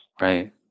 Right